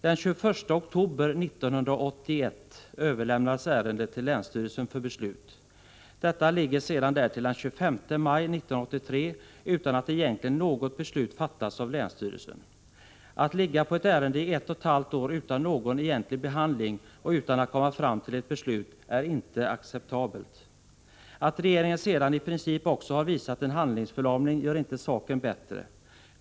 Den 21 oktober 1981 överlämnades ärendet till länsstyrelsen för beslut. Det låg sedan där till den 25 maj 1983 utan att egentligen något beslut fattades av länsstyrelsen. Att ligga på ett ärende i ett och ett halvt år utan någon egentlig behandling och utan att man kommer fram till ett beslut är inte acceptabelt. Att regeringen sedan i princip också har visat handlingsförlamning gör inte saken bättre.